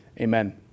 Amen